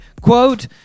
Quote